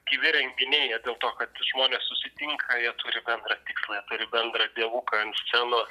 gyvi renginiai jie dėl to kad žmonės susitinka ir turi bendrą tikslą jie turi bendrą dievuką ant scenos